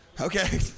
Okay